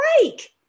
break